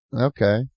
Okay